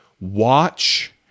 Watch